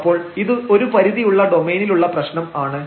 അപ്പോൾ ഇത് ഒരു പരിധിയുള്ള ഡോമൈനിലുള്ള പ്രശ്നംആണ്